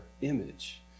image